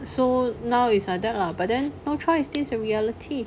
so now it's like that lah but then no choice this reality